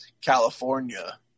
California